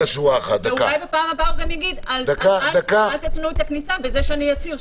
ואולי פעם הבאה יגיד: אל תתנו את הכניסה בכך שאצהיר,